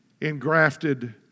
engrafted